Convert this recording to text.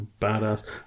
badass